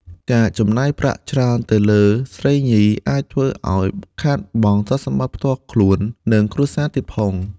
ការចំណាយប្រាក់ច្រើនទៅលើស្រីញី អាចធ្វើឱ្យខាតបង់ទ្រព្យសម្បត្តិផ្ទាល់ខ្លួន និងគ្រួសារទៀងផង។